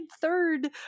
third